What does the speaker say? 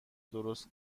درست